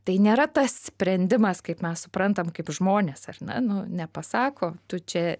tai nėra tas sprendimas kaip mes suprantam kaip žmonės ar ne nu nepasako tu čia